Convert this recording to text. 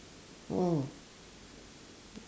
oh